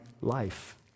life